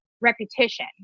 repetition